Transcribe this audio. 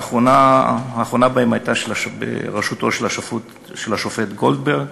והאחרונה בהן הייתה בראשותו של השופט גולדברג.